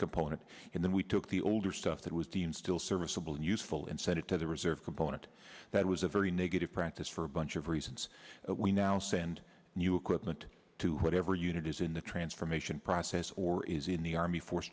component and then we took the older stuff that was deemed still serviceable and useful and set it to the reserve component that was a very negative practice for a bunch of reasons we now send new equipment to whatever unit is in the transformation process or is in the army force